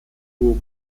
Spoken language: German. duo